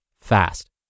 fast